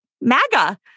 MAGA